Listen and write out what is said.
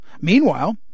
Meanwhile